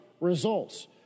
results